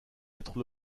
être